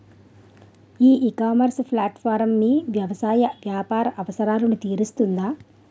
ఈ ecommerce platform మీ వ్యవసాయ వ్యాపార అవసరాలను తీరుస్తుందా?